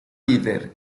líder